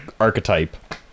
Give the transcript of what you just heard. archetype